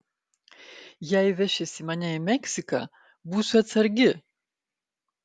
jei vešiesi mane į meksiką būsiu atsargi